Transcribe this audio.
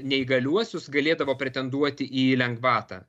neįgaliuosius galėdavo pretenduoti į lengvatą